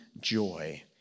joy